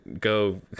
go